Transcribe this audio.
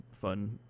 fun